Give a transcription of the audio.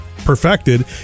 perfected